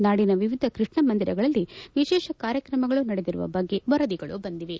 ನಾಡಿನ ವಿವಿಧ ಕೃಷ್ಣ ಮಂದಿರಗಳಲ್ಲಿ ವಿಶೇಷ ಕಾರ್ಕ್ರಮಗಳು ನಡೆದಿರುವ ಬಗ್ಗೆ ವರದಿಗಳು ಬಂದಿವೆ